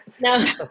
No